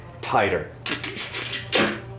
Tighter